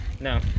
No